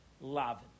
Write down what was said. love